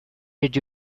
did